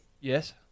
Yes